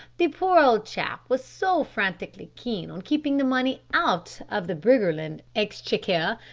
the poor old chap was so frantically keen on keeping the money out of the briggerland exchequer,